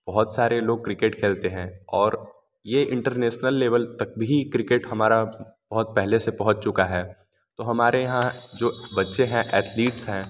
बहुत सारे लोग क्रिकेट खेलते हैं और ये इंटरनेसनल लेवल तक भी क्रिकेट हमारा बहुत पहले से पहुंच चुका है तो हमारे यहाँ जो बच्चे हैं एथलिट्स हैं